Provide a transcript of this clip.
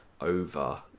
over